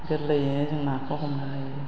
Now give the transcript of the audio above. गोरलैयैनो जों नाखौ हमनो हायो